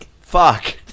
Fuck